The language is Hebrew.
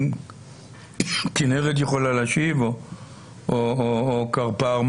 אם כנרת יכולה להשיב או קרפ"ר.